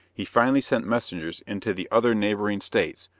he finally sent messengers into the other neighbouring states,